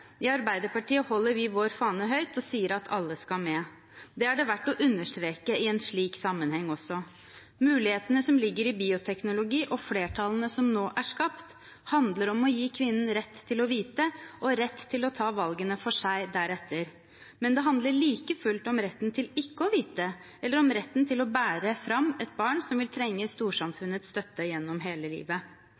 I Arbeiderpartiet holder vi vår fane høyt og sier at alle skal med. Det er det verdt å understreke i en slik sammenheng også. Mulighetene som ligger i bioteknologi og flertallene som nå er skapt, handler om å gi kvinnen rett til å vite og deretter rett til å ta valgene for seg. Men det handler like fullt om retten til ikke å vite, eller om retten til å bære fram et barn som vil trenge storsamfunnets støtte gjennom hele livet.